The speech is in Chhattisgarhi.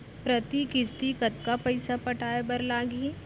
प्रति किस्ती कतका पइसा पटाये बर लागही?